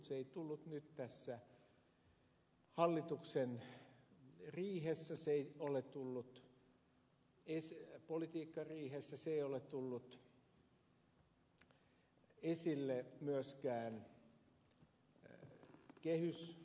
se ei tullut nyt tässä hallituksen riihessä se ei ole tullut politiikkariihessä se ei ole tullut esille myöskään kehyskeskusteluissa